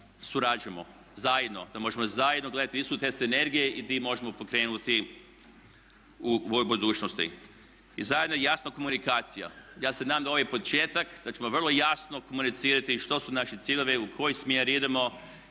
Da možemo zajedno gledati gdje su te energije i gdje možemo pokrenuti u budućnosti. I zadnje jasna komunikacija. Ja se nadam da je ovo početak, da ćemo vrlo jasno komunicirati što su naši ciljevi, u kojem smjeru idemo